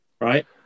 Right